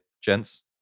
gents